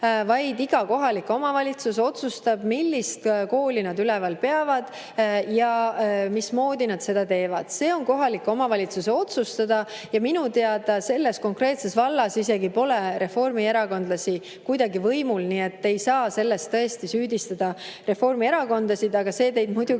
vaid iga kohalik omavalitsus otsustab, millist kooli nad üleval peavad ja mismoodi nad seda teevad. See on kohaliku omavalitsuse otsustada. Ja minu teada selles konkreetses vallas pole reformierakondlasi isegi kuidagi võimul, nii et ei saa selles tõesti Reformierakonda süüdistada. Aga see teid muidugi